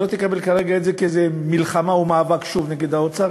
שלא תקבל את זה כאיזו מלחמה או מאבק נגד האוצר.